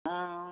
অঁ